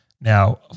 Now